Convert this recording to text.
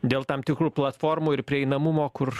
dėl tam tikrų platformų ir prieinamumo kur